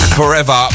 forever